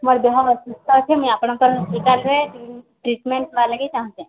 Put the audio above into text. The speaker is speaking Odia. ମୋର ଦେହ ଅସୁସ୍ଥ ଅଛି ମୁଁ ଆପଣଙ୍କର୍ ହସ୍ପିଟାଲ୍ରେ ଟ୍ରିଟ୍ମେଣ୍ଟ୍ ହେବାର୍ ଲାଗି ଚାହୁଁଛେ